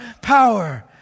Power